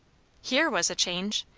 here was a change!